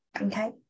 Okay